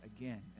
again